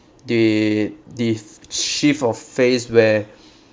the the shift of phase where